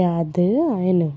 यादि आहिनि